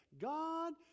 God